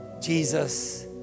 Jesus